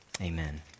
amen